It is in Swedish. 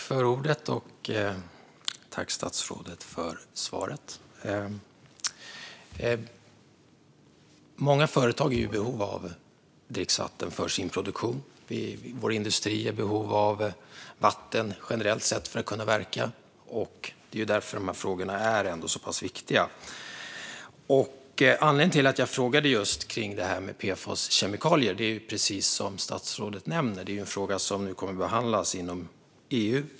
Fru talman! Tack, statsrådet, för svaret! Många företag är i behov av dricksvatten för sin produktion. Vår industri är i behov av vatten generellt sett för att kunna verka, och det är därför de här frågorna är så pass viktiga. Anledningen till att jag ställde frågan om PFAS-kemikalier är, precis som statsrådet nämner, att frågan kommer att behandlas inom EU.